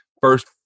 first